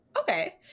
okay